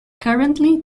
currently